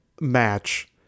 Match